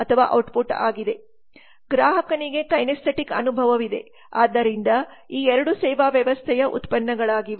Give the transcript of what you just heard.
ಗ್ರಾಹಕನಿಗೆ ಕೈನೆಸ್ಥೆಟಿಕ್ ಅನುಭವವಿದೆ ಆದ್ದರಿಂದ ಈ 2 ಸೇವಾ ವ್ಯವಸ್ಥೆಯ ಉತ್ಪನ್ನಗಳಾಗಿವೆ